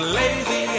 lazy